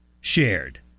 shared